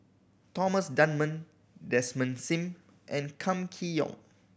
Thomas Dunman Desmond Sim and Kam Kee Yong